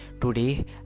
Today